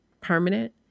permanent